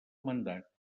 mandat